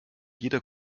jeder